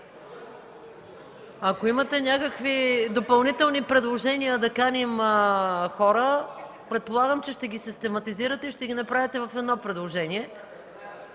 Ако имате някакви допълнителни предложения да каним хора, предполагам, че ще ги систематизирате и ще ги направите в едно предложение.